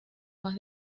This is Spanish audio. más